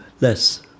less